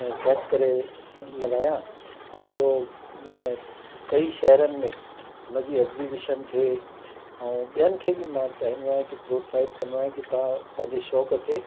set करे लॻाया ऐं ॿियों कई शहरनि में उनजी एक्जीविशन थिए ऐं ॿियनि खे बि मां चवंदो आहियां की प्रोत्साहित कंदो आहियां की तव्हां पंहिंजे शौंक़ु खे